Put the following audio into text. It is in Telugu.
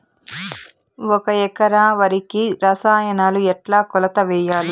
ఒక ఎకరా వరికి రసాయనాలు ఎట్లా కొలత వేయాలి?